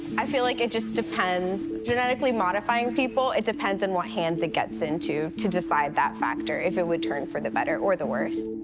i feel like it just depends genetically modifying people it depends on what hands it gets into to decide that factor if it would turn for the better or the worst.